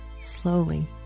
slowly